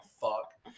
fuck